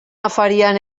afarian